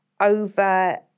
over